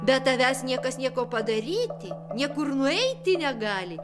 be tavęs niekas nieko padaryti niekur nueiti negali